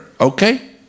Okay